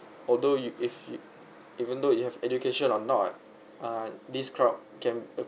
although you if you even though you have education or not uh this crowd can